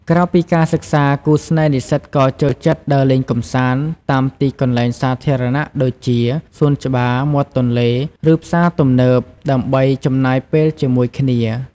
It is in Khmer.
ក្រៅពីការសិក្សា គូស្នេហ៍និស្សិតក៏ចូលចិត្ត ដើរលេងកម្សាន្ត តាមទីកន្លែងសាធារណៈដូចជា សួនច្បារ មាត់ទន្លេ ឬផ្សារទំនើប ដើម្បីចំណាយពេលជាមួយគ្នា។